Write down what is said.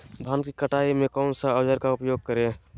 धान की कटाई में कौन सा औजार का उपयोग करे?